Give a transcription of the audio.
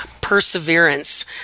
perseverance